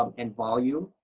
um and volume